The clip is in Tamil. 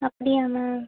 அப்படியா மேம்